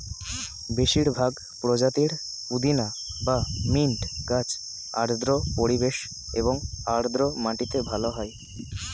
বেশিরভাগ প্রজাতির পুদিনা বা মিন্ট গাছ আর্দ্র পরিবেশ এবং আর্দ্র মাটিতে ভালো হয়